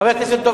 חבר הכנסת דב